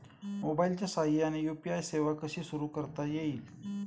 मोबाईलच्या साहाय्याने यू.पी.आय सेवा कशी सुरू करता येईल?